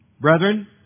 brethren